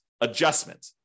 adjustment